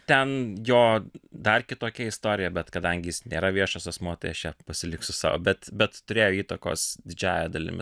ten jo dar kitokia istorija bet kadangi jis nėra viešas asmuo tai aš čia pasiliksiu sau bet bet turėjo įtakos didžiąja dalimi